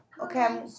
Okay